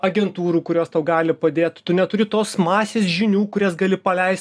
agentūrų kurios tau gali padėt tu neturi tos masės žinių kurias gali paleist